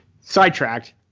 Sidetracked